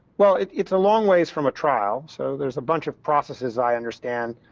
well, it's a long way from a trial, so there's a bunch of processes, i understand.